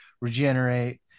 regenerate